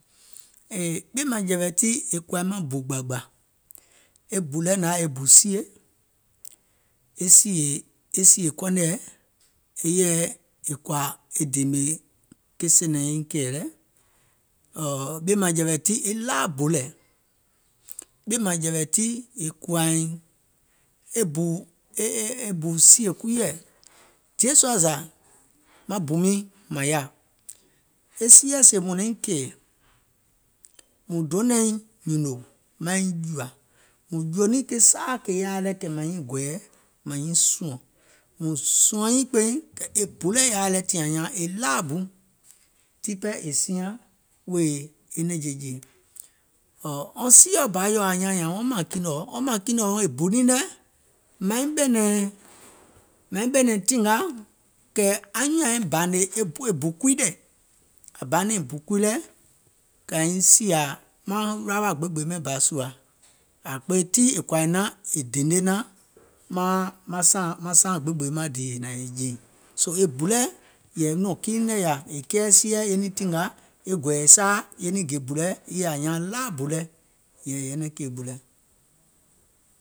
Ɓìèmȧŋjɛ̀wɛ̀ tii è kùwȧìŋ maŋ bù gbȧgbȧ, e bù lɛ nȧŋ yaȧ e bù sie, e sìè, e sìè kɔnèɛ, e yèɛ è kɔ̀ȧ e dèèmè ke sènɛ̀ɛ e kɛ̀ɛ̀ lɛ, ɔ̀ɔ̀ɔ̀ ɓìèmȧŋjɛ̀wɛ̀ tii e laa bu lɛ̀, ɓìèmȧŋjɛ̀wɛ̀ tii è kuwȧìŋ e bù, e e e bù sìè kuiɛ̀, dièsua zȧ maŋ bù miiŋ mȧŋ yaȧ, e sieɛ̀ sèè mùŋ naŋ kɛ̀ɛ̀ mùŋ donȧiŋ nyùnò maiŋ jùȧ, mùŋ jùò niìŋ ke saaà kè yaȧa lɛ̀ kɛ̀ mȧŋ nyiŋ gɔ̀ɛ̀ɛ̀ mȧŋ nyiŋ sùȧŋ, mùŋ sùɔ̀ŋ kpeiŋ e bù lɛ yaȧa lɛ̀ tiŋ ȧŋ nyaaŋ e laa bu, tiŋ pɛɛ è siaŋ wèè e nɛ̀ŋje jèe, ɔ̀ɔ̀ wɔŋ sieɔ̀ bȧa yȧa ȧŋ nyaaŋ wɔŋ mȧŋkinòɔ, wɔŋ mȧŋkinòɔ wuŋ e bù niŋ nɛ̀, mȧiŋ ɓɛ̀nɛ̀ŋ, mȧiŋ ɓɛ̀nɛ̀ŋ mȧiŋ ɓɛ̀nɛ̀ŋ tìnga kɛ̀ anyùùŋ nyaŋ ȧiŋ bȧȧnè e bù e bù kui lɛ̀, ȧŋ baanȧiŋ e bù kui lɛ̀ kɛ̀ anyùùŋ nyaŋ àiŋ sìà maŋ rawà gbeegbèè mɛɛ̀ŋ bȧ sùȧ, ȧȧ kpeiŋ tii àŋ kɔ̀àìŋ naȧŋ è dene naȧŋ maŋ saaŋ gbeegbèè maŋ dìì è hnȧŋ è jèìŋ, soo e bù lɛɛ̀ yɛ̀ì nɔ̀ŋ kiiŋ nɛ̀ yaà, è kɛɛ sieɛ̀ e niŋ tìngȧ, e gɔ̀ɛ̀ɛ̀ saaȧ ye niŋ gè bù lɛ yèɛ ȧŋ nyaaŋ laa bu lɛ̀ yɛ̀ì yè nyɛneŋ kèè bù lɛ.